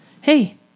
Hey